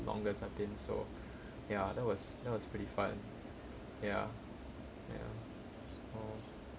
longest I've been so ya that was that was pretty fun ya ya oh